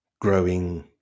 growing